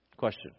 question